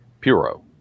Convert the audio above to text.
Puro